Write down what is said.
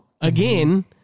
again